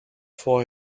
for